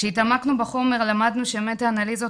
כשהתעמקנו בחומר למדנו שמטא אנליזות